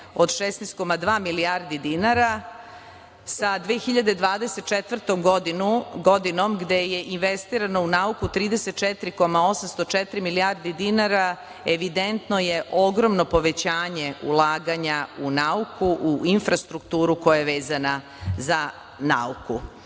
od 16,2 milijarde dinara, sa 2024. godinom, gde je investirano u nauku 34,804 milijarde dinara, evidentno je ogromno povećanje ulaganja u nauku, u infrastrukturu koja je vezana za nauku. Sada